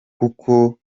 kuko